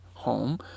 home